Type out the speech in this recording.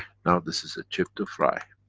now this is a chip to fry.